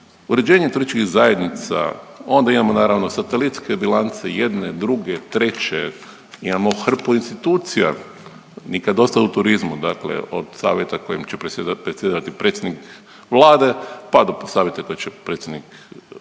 uređenje turističkih zajednica, onda imamo naravno satelitske bilance, jedne, druge, treće, imamo hrpu institucija, nikad dosta u turizmu, dakle od savjeta kojim će predsjedati predsjednik Vlade pa do savjeta kojim će predsjednik župan